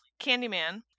Candyman